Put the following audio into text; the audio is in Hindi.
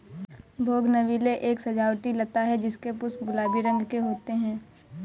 बोगनविले एक सजावटी लता है जिसके पुष्प गुलाबी रंग के होते है